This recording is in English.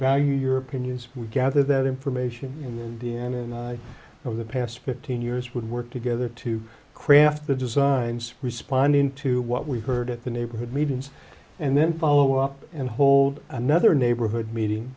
value your opinion so we gather that information in the d n a of the past fifteen years would work together to craft the designs responding to what we heard at the neighborhood meetings and then follow up and hold another neighborhood meeting